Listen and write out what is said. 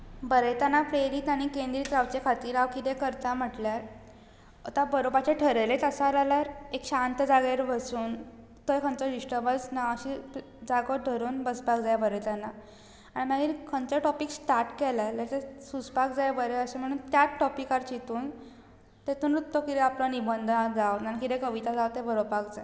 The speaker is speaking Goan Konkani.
बरयतना प्रेरीत आनी केंद्रीत रावचे खातीर हांव कितें करता म्हटल्यार आतां बरोवपाचें ठरयलेंच आसा जाल्यार एक शांत जाग्यार बसून थंय खंयचो डिस्टर्बन्स ना असो जागो ठरोवन बसपाक जाय बरयतना आनी मागीर खंयचो टॉपिक स्टार्ट केला सुचपाक जाय बरें अशें म्हणून त्याच टॉपिकार चिंतून तेतूनच तो कितें आपलो निबंद ना जाल्यार कितें कविता जावं तें बरोवपाक जाय